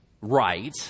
right